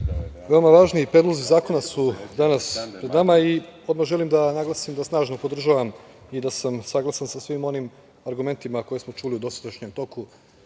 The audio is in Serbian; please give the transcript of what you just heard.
veoma važni predlozi zakona su danas pred nama i odmah želim da naglasim da snažno podržavam i da sam saglasan sa svim onim argumentima koje smo čuli u dosadašnjem toku